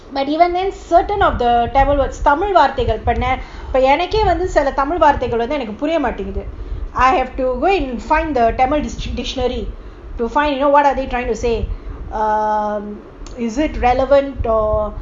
but even then certain of the tabloid தமிழ்வார்த்தைகள்வந்துஎனக்கேசிலதமிழ்வார்த்தைகள்புரியமாட்டேங்குது:tamil varthaigal vandhu enake sila tamil varthaigal puriamatenguthu I have to go and find the tamil dictionary to find you know what are they trying to say is it relevant or